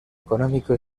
económico